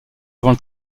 devant